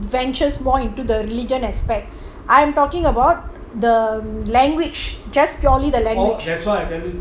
ventures more into the religion aspect I'm talking about the language